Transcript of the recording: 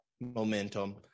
momentum